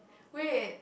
wait